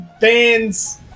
bands